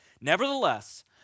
Nevertheless